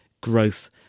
growth